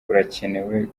burakenewe